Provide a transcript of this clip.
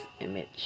image